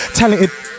talented